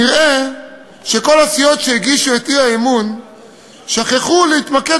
נראה שכל הסיעות שהגישו את האי-אמון שכחו להתמקד